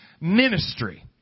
ministry